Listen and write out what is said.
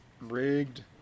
rigged